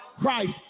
Christ